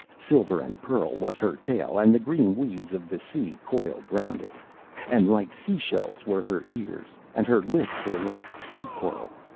silver and pearl was her tail, and the green weeds of the sea coiled round it and like sea-shells were her ears, and her lips were like sea-coral.